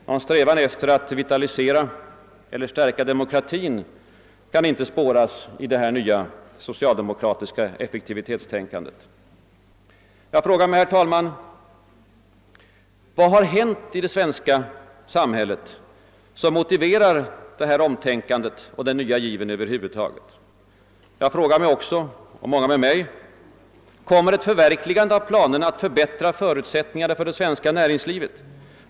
Någon strävan efter att vitalisera eller stärka demokratin kan inte spåras i det här nya socialdemokratiska effektivitetstänkandet. Jag frågar mig, herr talman: Vad har hänt i det svenska samhället som motiverar det här omtänkandet och den nya given över huvud taget? Jag frågar mig också och många med mig: Kommer ett förverkligande av planerna att förbättra förutsättningarna för det svenska näringslivet?